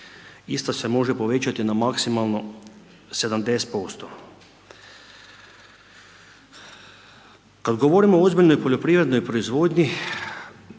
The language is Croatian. Isto se može povećati na maksimalno 70%. Kad govorimo o ozbiljnoj poljoprivrednoj proizvodnji